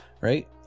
right